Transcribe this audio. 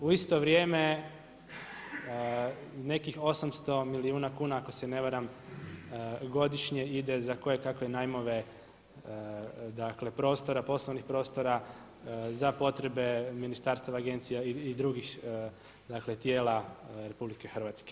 U isto vrijeme nekih 800 milijuna kuna ako se ne varam godišnje ide za koje kakve najmove, dakle prostora, poslovnih prostora za potrebe ministarstava, agencija i drugih, dakle tijela RH.